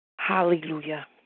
Hallelujah